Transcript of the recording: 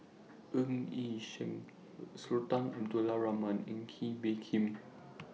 Ng Yi Sheng Sultan Abdul Rahman and Kee Bee Khim